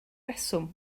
reswm